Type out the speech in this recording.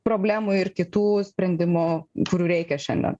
problemų ir kitų sprendimų kurių reikia šiandien